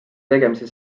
tegemise